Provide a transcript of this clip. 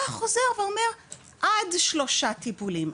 בא החוזר ואומר- עד שלושה טיפולים.